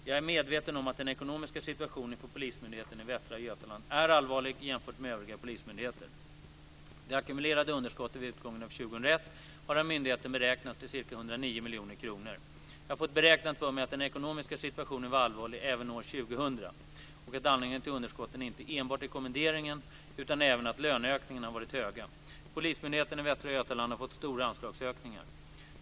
Jag är medveten om att den ekonomiska situationen för polismyndigheten i Västra Götaland är allvarlig jämfört med övriga polismyndigheter. Det ackumulerade underskottet vid utgången av 2001 har av myndigheten beräknats till ca 109 miljoner kronor. Jag har fått berättat för mig att den ekonomiska situationen var allvarlig även år 2000 och att anledningen till underskotten inte enbart är kommenderingen utan även att löneökningarna har varit höga. Polismyndigheten i Västra Götaland har fått stora anslagsökningar.